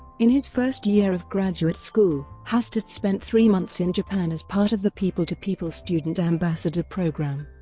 in his first year of graduate school, hastert spent three months in japan as part of the people to people student ambassador program.